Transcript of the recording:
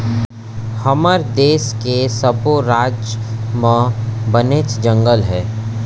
हमर देस के सब्बो राज म बनेच जंगल हे